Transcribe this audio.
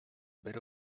bit